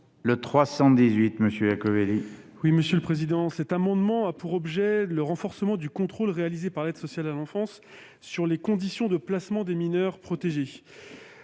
est à M. Xavier Iacovelli. Cet amendement a pour objet le renforcement du contrôle réalisé par l'aide sociale à l'enfance sur les conditions de placement des mineurs protégés.